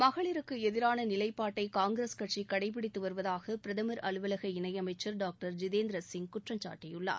மகளிருக்கு எதிரான நிலைப்பாட்டை காங்கிரஸ் கட்சி கடைபிடித்து வருவதாக பிரதமர் அலுவலக இணையமைச்சர் டாக்டர் ஜிதேந்திர சிங் குற்றம் சாட்டியுள்ளார்